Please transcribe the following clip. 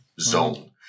zone